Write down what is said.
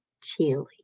chili